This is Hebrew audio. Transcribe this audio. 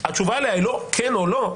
שהתשובה עליה היא לא כן או לא,